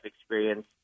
experience